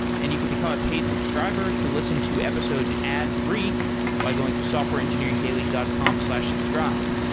and you could become a paid subscribe to listen to episodes ad-free by going to softwareengineeringdaily dot com slash subscribe.